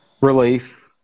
Relief